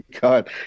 God